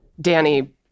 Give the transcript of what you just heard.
danny